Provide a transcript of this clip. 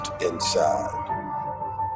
inside